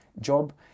job